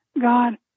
God